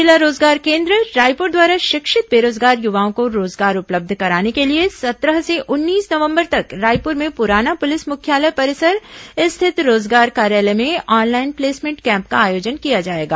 जिला रोजगार केन्द्र रायपुर द्वारा शिक्षित बेरोजगार युवाओं को रोजगार उपलब्ध कराने के लिए सत्रह से उन्नीस नवंबर तक रायपुर में पुराना पुलिस मुख्यालय परिसर स्थित रोजगार कार्यालय में ऑनलाइन प्लेसमेंट कैम्प का आयोजन किया जाएगा